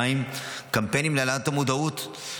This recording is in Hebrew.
קמפיינים להעלאת המודעות,